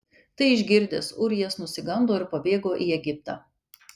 tai išgirdęs ūrijas nusigando ir pabėgo į egiptą